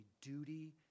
duty